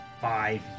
five